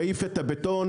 מעיף את הבטון.